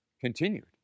continued